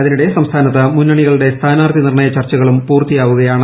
അതിനിടെ സംസ്ഥാനത്ത് മുന്നണികളുടെ സ്ഥാനാർത്ഥി നിർണയ ചർച്ചകളും പൂർത്തിയാകുകയാണ്